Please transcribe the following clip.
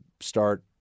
start